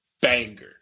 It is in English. banger